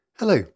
Hello